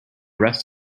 rest